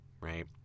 right